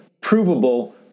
provable